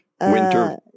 winter